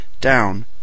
down